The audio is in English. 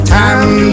time